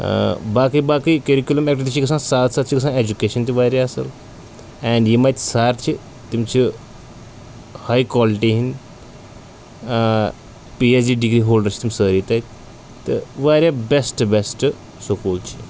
باقٕے باقٕے curriculum activity چھِ گژھان ساتھ ساتھ چھُ گژھان اٮ۪جُکیشَن تہِ واریاہ اَصٕل اینٛڈ یِم اَتہِ سَر چھِ تِم چھِ ہَے کالٹی ہِنٛدۍ P H D degree holder چھِ تِم سٲری تَتہِ تہٕ واریاہ بٮ۪سٹ بٮ۪سٹ سکوٗل چھِ